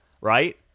Right